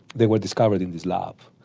they were discovered in this lab.